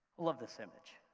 love this image,